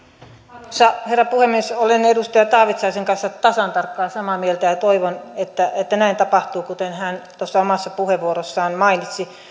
arvoisa rouva puhemies olen edustaja taavitsaisen kanssa tasan tarkkaan samaa mieltä ja ja toivon että näin tapahtuu kuten hän tuossa omassa puheenvuorossaan mainitsi